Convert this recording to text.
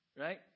right